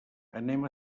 anem